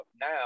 now